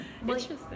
Interesting